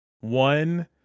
one